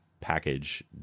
package